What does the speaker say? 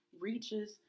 reaches